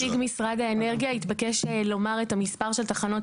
נציג משרד האנרגיה התבקש לומר את המספר של תחנות